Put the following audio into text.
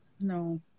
no